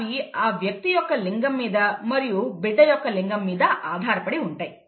అవి ఆ వ్యక్తి యొక్క లింగం మీద మరియు బిడ్డ యొక్క లింగం మీద ఆధారపడి ఉంటాయి